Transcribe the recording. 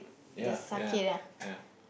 ya ya ya